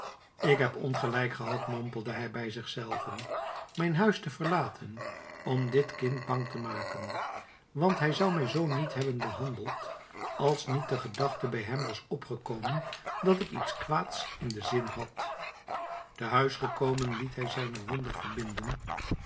ik heb ongelijk gehad mompelde hij in zich zelven mijn huis te verlaten om dit kind bang te maken want hij zou mij zoo niet hebben behandeld als niet de gedachte bij hem was opgekomen dat ik iets kwaads in den zin had te huis komende liet hij zijne wonde verbinden